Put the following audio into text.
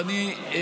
אבל אני אומר,